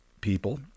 people